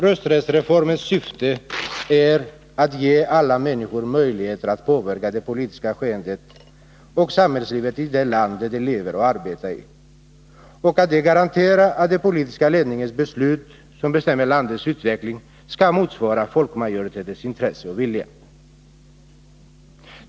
Rösträttsreformens syfte är att ge alla människor möjlighet att påverka det politiska skeendet och samhällslivet i ett land där de lever och arbetar. Den garanterar att den politiska ledningens beslut, som bestämmer landets utveckling, motsvarar folkmajoritetens intressen och vilja.